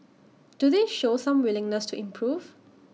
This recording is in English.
do they show some willingness to improve